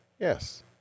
Yes